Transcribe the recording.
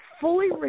fully